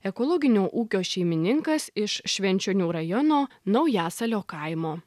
ekologinio ūkio šeimininkas iš švenčionių rajono naujasalio kaimo